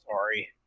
sorry